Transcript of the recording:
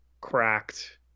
cracked